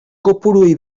kopuruei